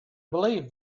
believe